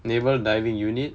naval diving unit